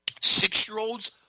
Six-year-olds